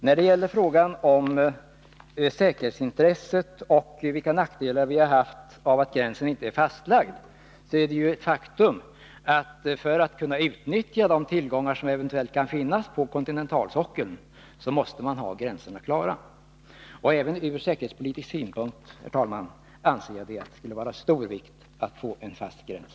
När det gäller frågan om säkerhetsintresset och vilka nackdelar vi har haft av att gränsen inte är fastlagd, är det ju så att ett utnyttjande av de tillgångar som eventuellt kan finnas på kontinentalsockeln kräver klara gränser. Även från säkerhetspolitisk synpunkt, herr talman, anser jag att det skulle vara av stor vikt att få en fast gräns.